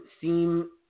seem